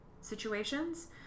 situations